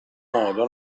modo